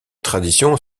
tradition